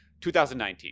2019